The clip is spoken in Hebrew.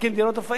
זה רק הגיוני.